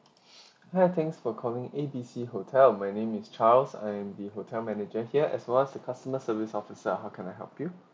hi thanks for calling A B C hotel my name is charles I am the hotel manager here as well as the customer service officer how can I help you